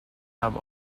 have